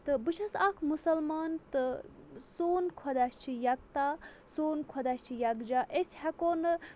تہٕ بہٕ چھَس اکھ مُسلمان تہٕ سون خۄدا چھِ یَکتا سون خۄدا چھِ یَکجہ أسۍ ہٮ۪کو نہٕ